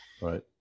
right